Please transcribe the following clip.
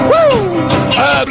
Woo